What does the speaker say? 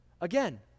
Again